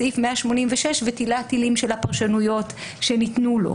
בסעיף 186 ותלי התלים של הפרשנויות שניתנו לו.